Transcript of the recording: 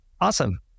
Awesome